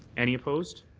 any opposed?